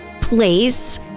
place